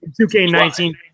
2K19